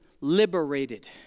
liberated